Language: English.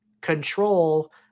control